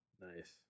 Nice